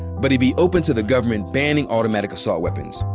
but he'd be open to the government banning automatic assault weapons.